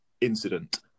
incident